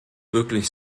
wirklich